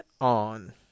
on